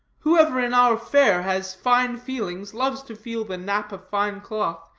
whoever in our fair has fine feelings loves to feel the nap of fine cloth,